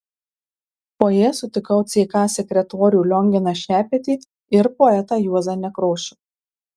fojė sutikau ck sekretorių lionginą šepetį ir poetą juozą nekrošių